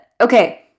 okay